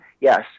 Yes